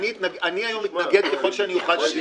אני היום אתנגד ככל שאני אוכל.